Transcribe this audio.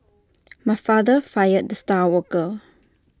my father fired the star worker